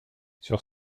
sur